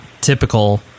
typical